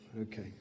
okay